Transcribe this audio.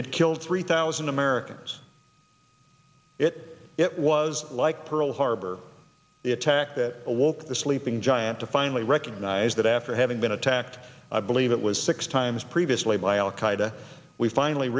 it killed three thousand americans it it was like pearl harbor the attack that awoke the sleeping giant to finally recognize that after having been attacked i believe it was six times previously by al qaeda we finally